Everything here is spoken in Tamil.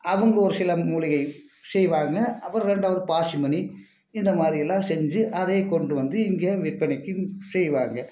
அவுங்க ஒரு சில மூலிகை செய்வாங்க அப்பறம் ரெண்டாவது பாசிமணி இந்த மாதிரி எல்லாம் செஞ்சு அதை கொண்டு வந்து இங்கே விற்பனைக்கு செய்வாங்க